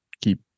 keep